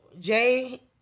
Jay